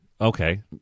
Okay